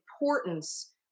importance